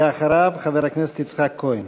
ואחריו, חבר הכנסת יצחק כהן.